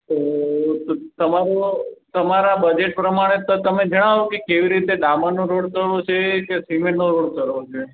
તો તો તમારો તમારા બજેટ પ્રમાણે તો તમે જણાવો કે કેવી રીતે ડામરનો રોડ કરવો છે કે સિમેન્ટનો રોડ કરવો છે